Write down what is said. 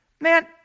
Man